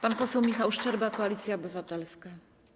Pan poseł Michał Szczerba, Koalicja Obywatelska.